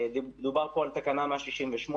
דובר פה על תקנה 168,